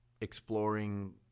exploring